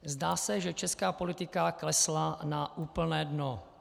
Zdá se, že česká politika klesla na úplné dno.